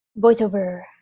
Voiceover